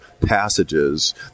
passages